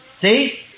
See